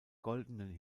goldenen